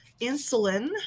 Insulin